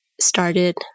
started